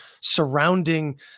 surrounding